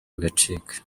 bigacika